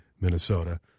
Minnesota